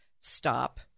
Stop